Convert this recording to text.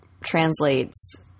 translates